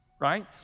right